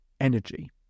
energy